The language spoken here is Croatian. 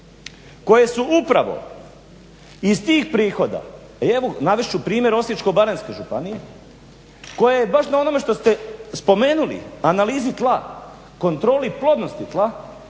koje su upravo iz tih prihoda, a evo navest ću primjer Osječko-baranjske županije koja je baš na onome što ste spomenuli, analizi tla, kontroli plodnosti tla